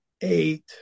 eight